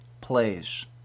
plays